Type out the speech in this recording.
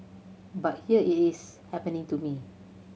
but here it is happening to me